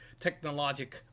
technologic